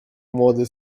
młody